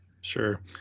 Sure